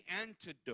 antidote